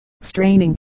straining